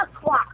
o'clock